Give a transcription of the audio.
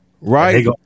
right